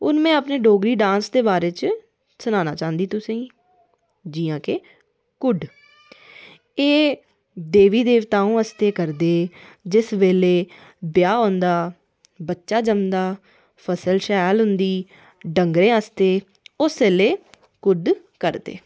उन्ने अपने डोगरी डांस दे बारै च सनाना चाहंदी तुसें गी जियां कि कुड्ड एह् देवी देवताऐं आस्तै करदे जिस बेल्लै ब्याह् होंदा बच्चा जमदा फसल शैल होंदी डंगै आस्तै उस बेल्लै कुड्ड करदे